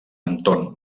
entorn